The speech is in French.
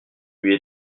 lui